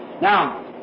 Now